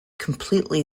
completely